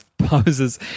poses